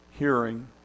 hearing